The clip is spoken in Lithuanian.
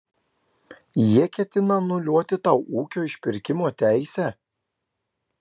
jie ketina anuliuoti tau ūkio išpirkimo teisę